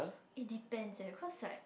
it depends eh cause like